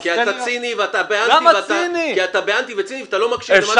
כי אתה ציני ואתה אנטי ואתה לא מקשיב למה שאומרים לך.